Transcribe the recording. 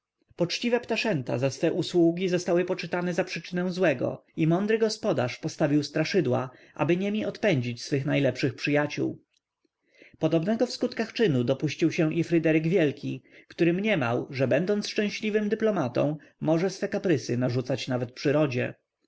poczciwe ptaszęta za swe usługi zostały poczytane za przyczynę złego i mądry gospodarz postawił straszydła aby niemi odpędzać swych najlepszych przyjaciół podobnego w skutkach czynu dopuścił się i fryderyk wielki który mniemał że będąc szczęśliwym dyplomatą może swe kaprysy narzucać nawet przyrodzie